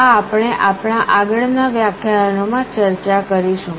આ આપણે આપણા આગળના વ્યાખ્યાયનોમાં ચર્ચા કરીશું